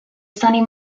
sonny